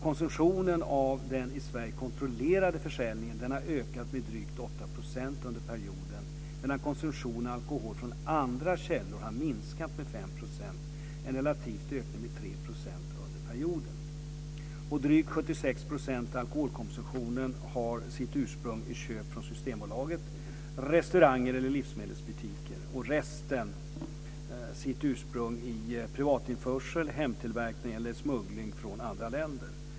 Konsumtionen av den i Sverige kontrollerade försäljningen har ökat med drygt 8 % under perioden, medan konsumtionen av alkohol från andra källor har minskat med 5 %, en relativ ökning med 3 % under perioden. Drygt 76 % av alkoholkonsumtionen har sitt ursprung i köp från Systembolaget, restauranger eller livsmedelsbutiker. Resten har sitt ursprung i privatinförsel, hemtillverkning eller smuggling från andra länder.